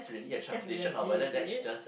that's legit is it